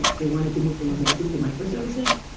they wanted to move from monolithic to microservices.